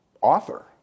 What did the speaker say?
author